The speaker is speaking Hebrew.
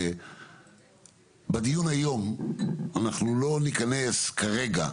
בדיון היום אנחנו לא ניכנס כרגע,